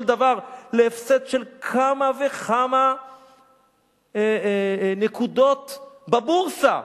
דבר להפסד של כמה וכמה נקודות בבורסה.